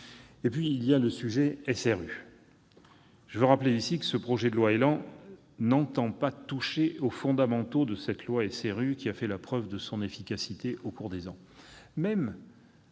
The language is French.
sénateurs, il y a le sujet SRU. Je veux rappeler ici que le projet de loi ÉLAN n'entend pas toucher aux fondamentaux de la loi SRU, qui a fait la preuve de son efficacité au cours des ans.